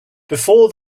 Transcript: before